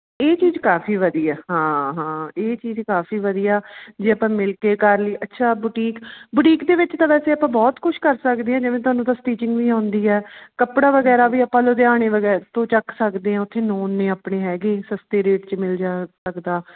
ਇਹ ਚੀਜ਼ ਕਾਫੀ ਵਧੀਆ ਹਾਂ ਹਾਂ ਇਹ ਚੀਜ਼ ਕਾਫੀ ਵਧੀਆ ਜੇ ਆਪਾਂ ਮਿਲ ਕੇ ਕਰ ਲਈ ਅੱਛਾ ਬੁਟੀਕ ਬੁਟੀਕ ਦੇ ਵਿੱਚ ਤਾਂ ਵੈਸੇ ਆਪਾਂ ਬਹੁਤ ਕੁਛ ਕਰ ਸਕਦੇ ਹਾਂ ਜਿਵੇਂ ਤੁਹਾਨੂੰ ਤਾਂ ਸਟੀਚਿੰਗ ਵੀ ਆਉਂਦੀ ਆ ਕੱਪੜਾ ਵਗੈਰਾ ਵੀ ਆਪਾਂ ਲੁਧਿਆਣੇ ਵਗੈਰਾ ਤੋਂ ਚੱਕ ਸਕਦੇ ਹਾਂ ਉੱਥੇ ਨੋਨ ਨੇ ਆਪਣੇ ਹੈਗੇ ਸਸਤੇ ਰੇਟ 'ਚ ਮਿਲ ਜਾ ਸਕਦਾ